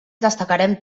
destacarem